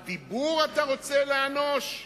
על דיבור אתה רוצה לענוש?